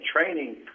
training